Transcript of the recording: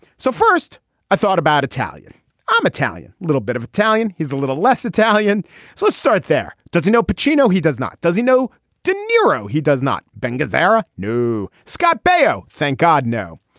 so first i thought about italian i'm italian. a little bit of italian he's a little less italian so let's start there. does he know pacino. he does not. does he know de niro. he does not. bengals era new scott baio. thank god no.